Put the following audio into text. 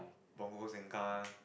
Punggol Sengkang